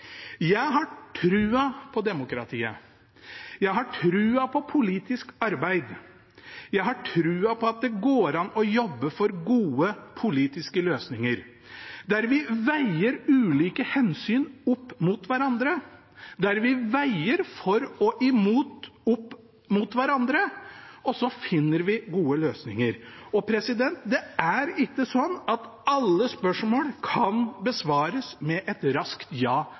Jeg har tro på demokratiet, jeg har tro på politisk arbeid, jeg har tro på at det går an å jobbe for gode politiske løsninger, der vi veier ulike hensyn opp mot hverandre, der vi veier for og imot opp mot hverandre, og så finner vi gode løsninger. Det er ikke sånn at alle spørsmål kan besvares med et raskt ja